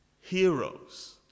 heroes